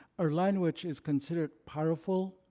our language is considered powerful.